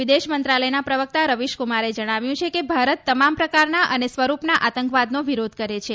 વિદેશ મંત્રાલયના પ્રવક્તા રવિશકુમારે જજ્ઞાવ્યું છે કે ભારત તમામ પ્રકારના અને સ્વરૂપના આતંકવાદનો વિરોધ કરે છે